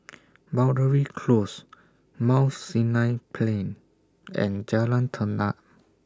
Boundary Close Mount Sinai Plain and Jalan Tenang